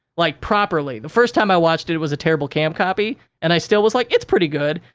like, properly. the first time i watched it, it was a terrible cam copy and i still was like, it's pretty good.